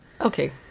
Okay